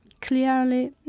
clearly